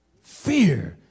Fear